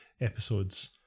episodes